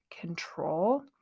control